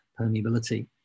permeability